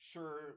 Sure